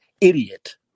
idiot